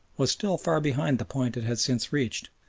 was still far behind the point it has since reached,